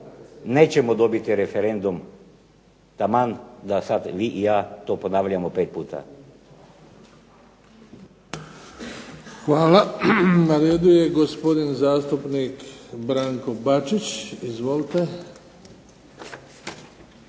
nećemo dobiti referendum taman da sad vi i ja to ponavljamo pet puta. **Bebić, Luka (HDZ)** Hvala. Na redu je gospodin zastupnik Branko Bačić. Izvolite.